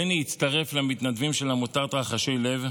בני הצטרף למתנדבים של עמותת "רחשי לב"